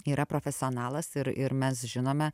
yra profesionalas ir ir mes žinome